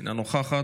אינה נוכחת,